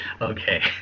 okay